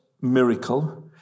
miracle